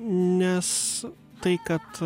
nes tai kad